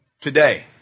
today